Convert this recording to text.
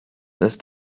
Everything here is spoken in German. ist